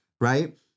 Right